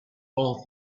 all